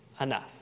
enough